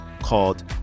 called